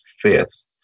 fifth